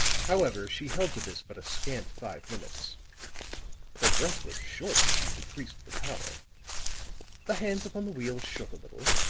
however, she held to this but a scant five minutes her breath was short when she decreased the power the hands upon the wheel shook a little,